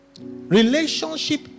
relationship